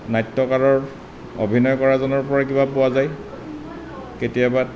নাট্যকাৰৰ অভিনয় কৰাজনৰপৰা কিবা পোৱা যায় কেতিয়াবা